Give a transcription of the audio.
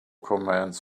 commands